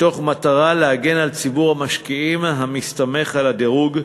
מתוך מטרה להגן על ציבור המשקיעים המסתמך על הדירוג,